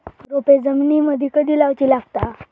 रोपे जमिनीमदि कधी लाऊची लागता?